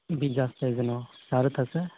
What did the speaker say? બીજા સ્ટેજનો સારું થશે